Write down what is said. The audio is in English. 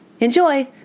Enjoy